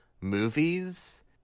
movies